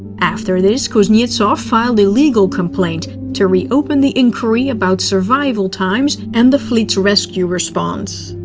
after this, kuznetsov filed a legal complaint to reopen the inquiry about survival times and the fleet's rescue response.